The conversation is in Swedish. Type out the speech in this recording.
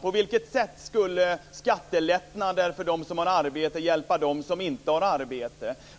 På vilket sätt skulle skattelättnader för dem som har arbete hjälpa dem som inte har arbete när det gäller de förorter som Mikael Odenberg talar om?